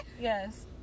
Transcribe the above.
Yes